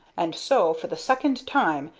and so, for the second time,